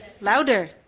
Louder